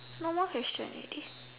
no more question already